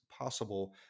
possible